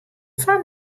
fan